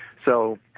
so,